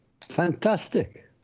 fantastic